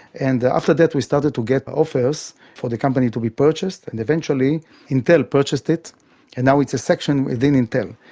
and after that we started to get offers for the company to be purchased, and eventually intel purchased it and now it's a section within intel.